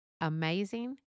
amazing